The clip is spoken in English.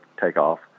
takeoff